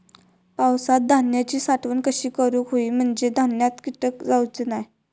पावसात धान्यांची साठवण कशी करूक होई म्हंजे धान्यात कीटक जाउचे नाय?